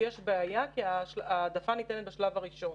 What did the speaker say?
יש בעיה כי ההעדפה ניתנת בשלב הראשון,